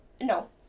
No